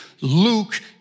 Luke